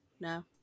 No